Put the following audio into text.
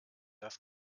das